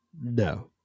No